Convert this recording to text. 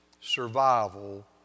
survival